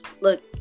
look